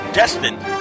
destined